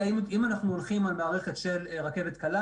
אם אנחנו הולכים על מערכת של רכבת קלה